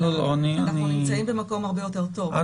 אבל אנחנו נמצאים במקום הרבה יותר טוב.